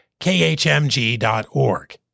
khmg.org